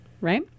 Right